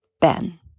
Ben